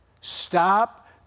Stop